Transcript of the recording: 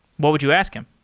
what would you ask him?